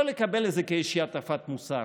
לא לקבל את זה כאיזושהי הטפת מוסר,